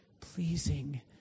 pleasing